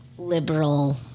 Liberal